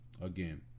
Again